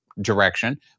direction